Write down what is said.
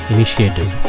Initiative